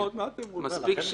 מה אתם רוצים?